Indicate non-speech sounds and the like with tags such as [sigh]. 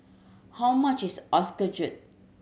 how much is [unintelligible]